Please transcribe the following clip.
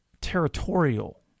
territorial